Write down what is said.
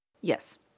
Yes